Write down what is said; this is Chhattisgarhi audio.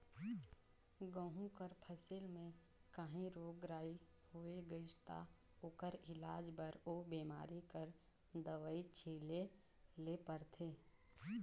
गहूँ कर फसिल में काहीं रोग राई होए गइस ता ओकर इलाज बर ओ बेमारी कर दवई छींचे ले परथे